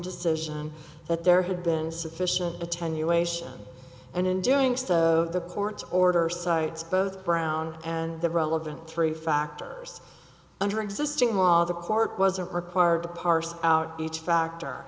decision that there had been sufficient attenuation and in doing so the court's order cites both brown and the relevant three factors under existing law the court wasn't required to parse out each factor